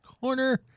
corner